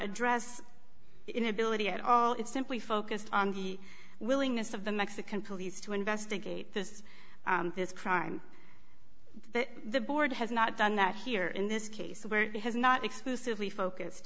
address the inability at all it simply focused on the willingness of the mexican police to investigate this this crime the board has not done that here in this case where it has not explicitly focused